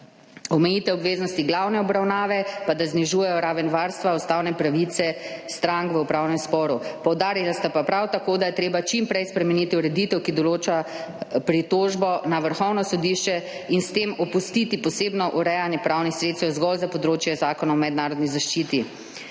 omejitve obveznosti glavne obravnave pa da znižujejo raven varstva ustavne pravice strank v upravnem sporu. Poudarila sta prav tako, da je treba čim prej spremeniti ureditev, ki določa pritožbo na Vrhovno sodišče, in s tem opustiti posebno urejanje pravnih sredstev zgolj za področje Zakona o mednarodni zaščiti.